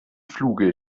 fluge